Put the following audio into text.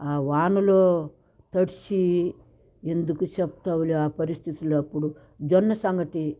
ఆ వానలో తడిసి ఎందుకు చెప్తావులే ఆ పరిస్థితులు అప్పుడు జొన్న సంగటి